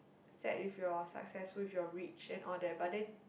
sad if you're successful if you're rich and all the but then